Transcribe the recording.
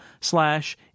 slash